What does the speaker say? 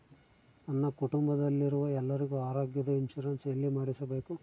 ನನ್ನ ಕುಟುಂಬದಲ್ಲಿರುವ ಎಲ್ಲರಿಗೂ ಆರೋಗ್ಯದ ಇನ್ಶೂರೆನ್ಸ್ ಎಲ್ಲಿ ಮಾಡಿಸಬೇಕು?